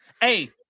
Hey